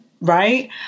right